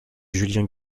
lucien